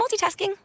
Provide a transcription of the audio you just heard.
multitasking